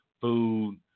food